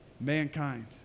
mankind